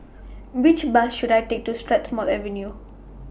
Which Bus should I Take to Strathmore Avenue